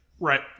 Right